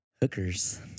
hookers